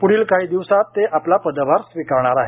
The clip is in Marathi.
पुढील काही दिवसात ते पदभार स्वीकारणार आहेत